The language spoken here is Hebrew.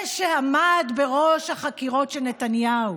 אלשיך, זה שעמד בראש החקירות של נתניהו?